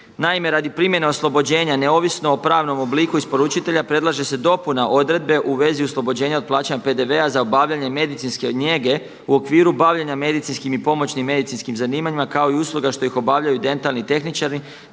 Naime, radi primjene oslobođenja neovisno o pravnom obliku isporučitelja predlaže se dopuna odredbe u vezi oslobođenja od plaćanja PDV-a za obavljanje medicinske njege u okviru bavljenja medicinskim i pomoćnim medicinskim zanimanjima kao i usluga što ih obavljaju dentalni tehničari,